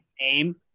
name